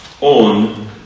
on